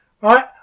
Right